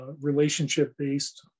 relationship-based